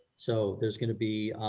so there's gonna be